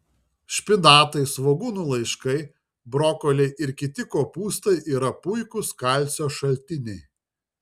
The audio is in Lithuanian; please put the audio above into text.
špinatai svogūnų laiškai brokoliai ir kiti kopūstai yra puikūs kalcio šaltiniai